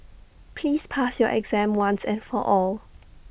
please pass your exam once and for all